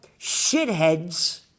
shitheads